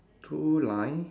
two line